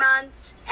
months